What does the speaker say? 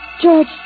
George